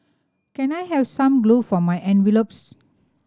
can I have some glue for my envelopes